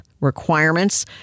requirements